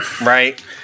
right